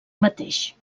mateix